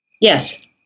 Yes